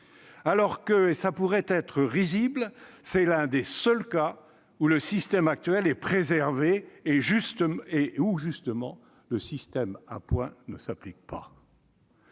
Or- cela pourrait être risible -c'est l'un des seuls cas où le système actuel est préservé et où, justement, le système à points ne s'applique pas.